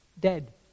dead